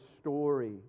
story